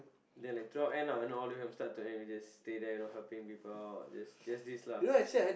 then like throughout end ah you know all the way from start to end we just stay there you know helping people out just just this lah